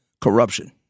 corruption